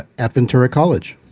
at ventura college.